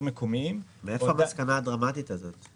מקומיים --- מאיפה המסקנה הדרמטית הזאת,